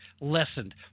lessened